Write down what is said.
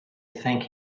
thank